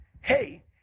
hey